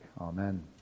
amen